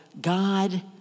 God